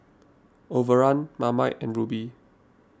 Overrun Marmite and Rubi